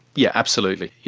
yeah absolutely.